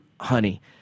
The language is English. honey